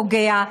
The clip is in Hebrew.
פוגע,